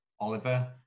Oliver